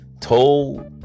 told